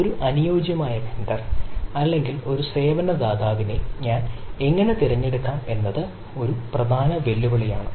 ഒരു അനുയോജ്യമായ വെണ്ടർ അല്ലെങ്കിൽ ഒരു സേവന ദാതാവിനെ ഞാൻ എങ്ങനെ തിരഞ്ഞെടുക്കും എന്നത് ഒരു പ്രധാന വെല്ലുവിളിയാണ്